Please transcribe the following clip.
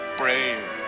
brave